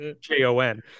J-O-N